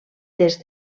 des